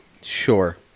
Sure